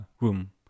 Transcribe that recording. room